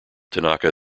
tanaka